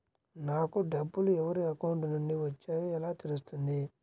నాకు డబ్బులు ఎవరి అకౌంట్ నుండి వచ్చాయో ఎలా తెలుస్తుంది?